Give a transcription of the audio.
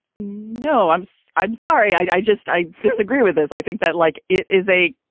no, i'm so i'm sorry. i just i disagree with this. i think that, like, it is a.